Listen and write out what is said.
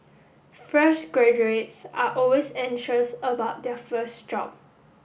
fresh graduates are always anxious about their first job